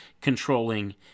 controlling